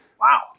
Wow